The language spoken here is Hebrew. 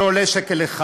שלא עולה שקל אחד.